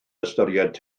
ystyried